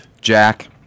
Jack